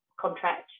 contract